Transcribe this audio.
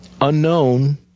unknown